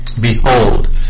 Behold